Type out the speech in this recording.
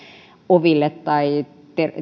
oville tarvittaisi tai